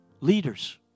Leaders